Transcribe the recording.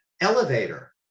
elevator